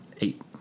Eight